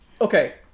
Okay